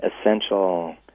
essential